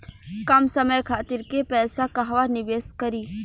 कम समय खातिर के पैसा कहवा निवेश करि?